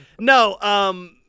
No